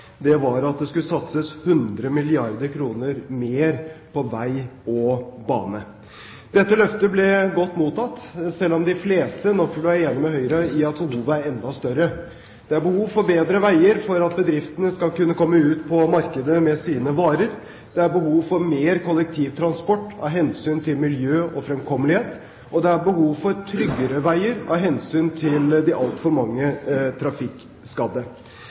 var at det skulle satses 100 milliarder kr mer på vei og bane. Dette løftet ble godt mottatt, selv om de fleste nok ville være enig med Høyre i at behovet er enda større. Det er behov for bedre veier for at bedriftene skal kunne komme ut på markedet med sine varer. Det er behov for mer kollektivtransport av hensyn til miljø og fremkommelighet, og det er behov for tryggere veier av hensyn til de altfor mange trafikkskadde.